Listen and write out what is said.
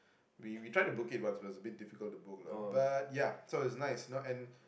we we tried to book it once but it was a bit difficult to book lah but ya so it's nice no and